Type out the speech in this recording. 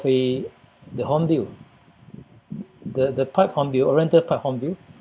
the the hornbill the the pied hornbill oriental pied hornbill